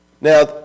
Now